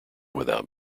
without